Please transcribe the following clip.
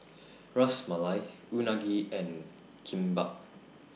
Ras Malai Unagi and Kimbap